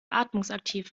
atmungsaktiv